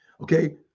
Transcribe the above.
Okay